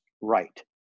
right